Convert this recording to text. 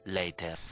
later